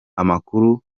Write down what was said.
amakuru